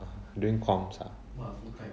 doing comms ah